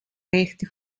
rechte